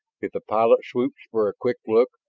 if the pilot swoops for a quick look,